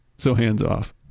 so, hands-off